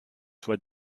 soi